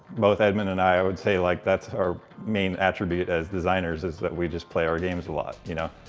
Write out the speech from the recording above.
both edmund and i would say, like, that our main attribute as designers is that we just play our games a lot, you know?